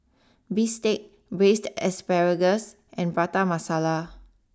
Bistake Braised Asparagus and Prata Masala